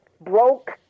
broke